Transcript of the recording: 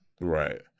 Right